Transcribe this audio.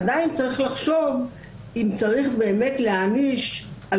עדיין צריך לחשוב אם צריך באמת להעניש על